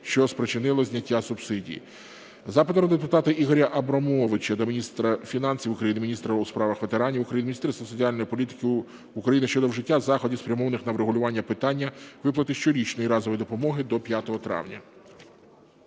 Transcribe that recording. що спричинило зняття субсидії. Запит народного депутата Ігоря Абрамовича до міністра фінансів України, міністра у справах ветеранів України, міністра соціальної політики України щодо вжиття заходів, спрямованих на врегулювання питання виплати щорічної разової грошової допомоги до 5 травня.